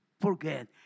forget